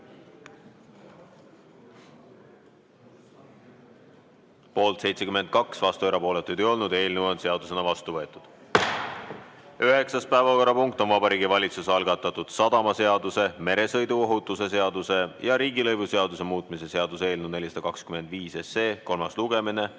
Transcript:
Poolt 72, vastu ega erapooletu keegi ei olnud. Eelnõu on seadusena vastu võetud. Üheksas päevakorrapunkt on Vabariigi Valitsuse algatatud sadamaseaduse, meresõiduohutuse seaduse ja riigilõivuseaduse muutmise seaduse eelnõu 425 kolmas lugemine.